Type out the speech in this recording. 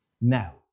Now